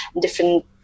different